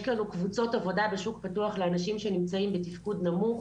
יש לנו קבוצות עבודה בשוק הפתוח לאנשים שנמצאים בתפקוד נמוך.